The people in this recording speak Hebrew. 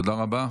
תודה רבה.